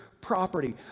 property